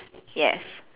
yes